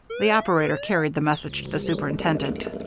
the operator carried the message to the superintendent.